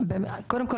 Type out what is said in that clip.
קודם כול,